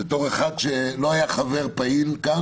בתור אחד שלא היה חבר פעיל כאן